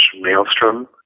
Maelstrom